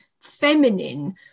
feminine